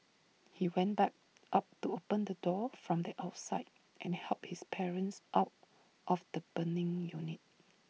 he went back up to open the door from the outside and helped his parents out of the burning unit